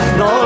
no